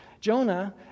Jonah